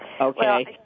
Okay